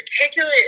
particular